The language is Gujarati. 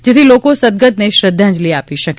જેથી લોકો સદગતને શ્રદ્ધાંજલિ આપી શકે